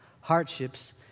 hardships